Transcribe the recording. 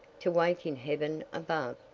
to wake in heaven above,